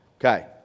Okay